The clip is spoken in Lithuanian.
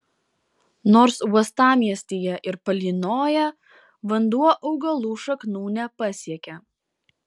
nors uostamiestyje ir palynoja vanduo augalų šaknų nepasiekia